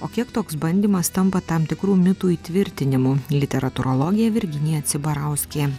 o kiek toks bandymas tampa tam tikrų mitų įtvirtinimu literatūrologė virginija cibarauskė